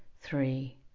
three